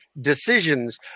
decisions